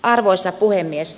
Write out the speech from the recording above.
arvoisa puhemies